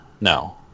no